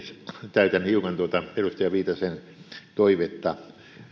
täytän hiukan tuota edustaja viitasen toivetta